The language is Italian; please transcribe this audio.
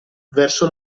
verso